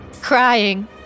Crying